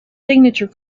signature